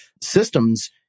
systems